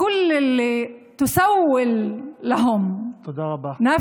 כי כתוב שזה לא בטוח של אל-מותנבי.) תודה רבה לחברת